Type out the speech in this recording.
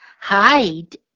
hide